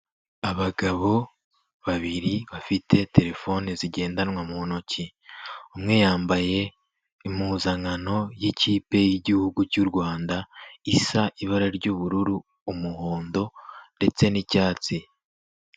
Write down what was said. Abagabo babiri bafite telefoni zigendanwa mu ntoki, umwe yambaye impuzankano y'ikipe y'igihugu cy'u Rwanda isa ibara ry'ubururu, umuhondo ndetse n'icyatsi.